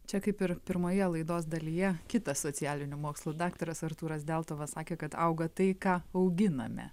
čia kaip ir pirmoje laidos dalyje kitas socialinių mokslų daktaras artūras deltuva sakė kad auga tai ką auginame